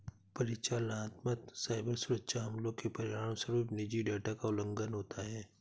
परिचालनात्मक साइबर सुरक्षा हमलों के परिणामस्वरूप निजी डेटा का उल्लंघन होता है